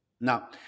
Now